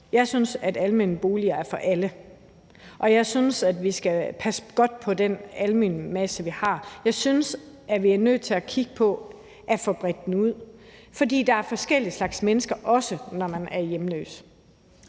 Jeg synes, at almene boliger er for alle. Og jeg synes, at vi skal passe godt på den almene boligmasse, vi har. Jeg synes, at vi er nødt til kigge på at få bredt den ud, for der er forskellige slags mennesker, også blandt hjemløse.